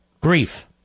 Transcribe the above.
brief